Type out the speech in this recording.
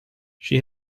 she